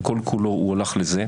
וכל כולו הולך לזה.